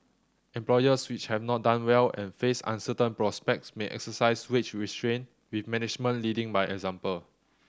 employers which have not done well and face uncertain prospects may exercise wage restraint with management leading by example